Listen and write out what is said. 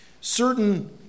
certain